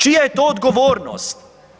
Čija je to odgovornost?